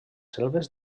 selves